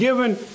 Given